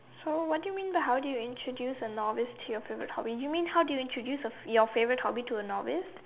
so what do you mean how do you introduce a novice to your favourite hobby you mean how do you introduce a your favourite hobby to a novice